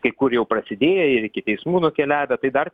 kai kur jau prasidėję ir iki teismų nukeliavę tai dar